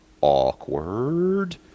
Awkward